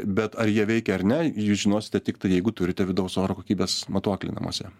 bet ar jie veikia ar ne jūs žinosite tiktai jeigu turite vidaus oro kokybės matuoklį namuose